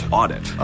audit